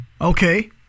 Okay